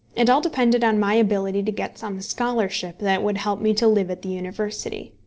it all depended on my ability to get some scholarship that would help me to live at the university.